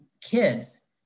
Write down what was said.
kids